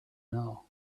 know